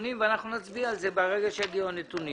ואנחנו נצביע על זה ברגע שיגיעו הנתונים.